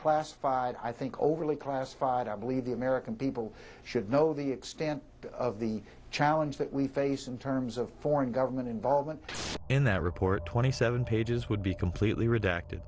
classified i think overly classified i believe the american people should know the extent of the challenge that we face in terms of foreign government involvement in that report twenty seven pages would be completely redacted